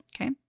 Okay